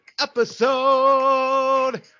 episode